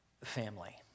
family